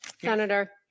Senator